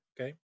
Okay